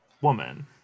woman